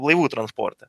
laivų transporte